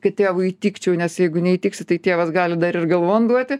kad tėvui įtikčiau nes jeigu neįtiksi tai tėvas gali dar ir galvon duoti